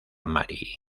mari